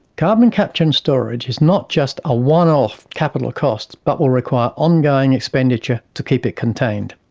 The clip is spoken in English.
carbon capture and storage is not just a one-off capital cost but will require ongoing expenditure to keep it contained.